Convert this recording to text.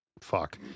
Fuck